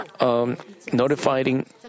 notifying